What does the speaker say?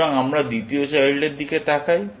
সুতরাং আমরা দ্বিতীয় চাইল্ডের দিকে তাকাই